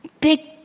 big